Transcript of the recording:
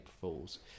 Fool's